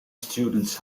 students